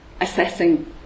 assessing